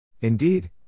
Indeed